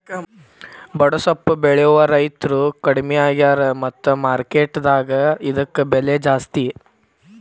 ಬಡೆಸ್ವಪ್ಪು ಬೆಳೆಯುವ ರೈತ್ರು ಕಡ್ಮಿ ಆಗ್ಯಾರ ಮತ್ತ ಮಾರ್ಕೆಟ್ ದಾಗ ಇದ್ಕ ಬೆಲೆ ಜಾಸ್ತಿ